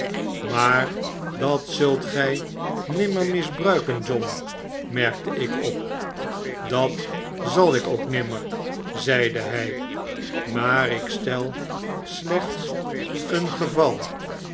maar dat zult gy nimmer misbruiken john merkte ik op dat zal ik ook nimmer zeide hy maar ik stel slechts een geyal